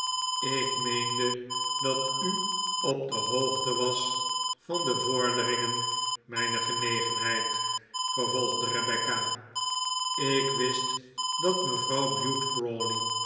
ik meende dat u op de hoogte was van de vorderingen mijner genegenheid vervolgde rebecca ik wist dat mevrouw bute